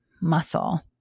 muscle